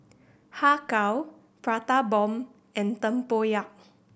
Har Kow Prata Bomb and tempoyak